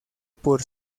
por